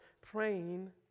praying